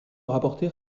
rapporter